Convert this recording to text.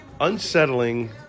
unsettling